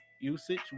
usage